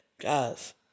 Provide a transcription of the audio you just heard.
Guys